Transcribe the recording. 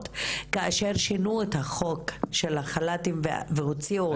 כאשר שינו את החוק של החל"תים והוציאו אותם.